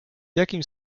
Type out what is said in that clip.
jakim